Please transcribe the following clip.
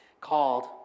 called